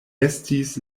estis